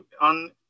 on